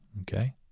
Okay